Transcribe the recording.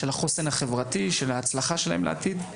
של החוסן החברתי של ההצלחה שלהם לעתיד.